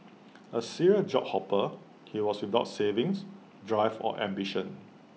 A serial job hopper he was without savings drive or ambition